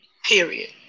Period